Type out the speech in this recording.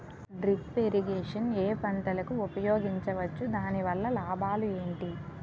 Drip irrigation ఏ పంటలకు ఉపయోగించవచ్చు? దాని వల్ల లాభాలు ఏంటి?